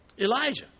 Elijah